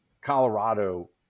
Colorado